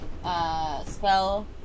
spell